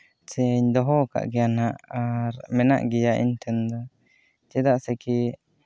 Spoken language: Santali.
ᱥᱮᱧ ᱫᱚᱦᱚ ᱟᱠᱟᱫ ᱜᱮᱭᱟ ᱦᱟᱸᱜ ᱟᱨ ᱢᱮᱱᱟᱜ ᱜᱮᱭᱟ ᱤᱧ ᱴᱷᱮᱱ ᱫᱚ ᱪᱮᱫᱟᱜ ᱥᱮ ᱠᱤ